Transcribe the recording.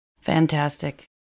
Fantastic